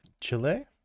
Chile